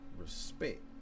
Respect